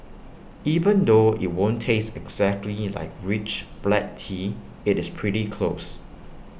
even though IT won't taste exactly like rich black tea IT is pretty close